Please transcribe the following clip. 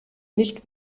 nicht